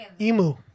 Emu